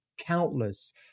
countless